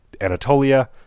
Anatolia